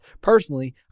personally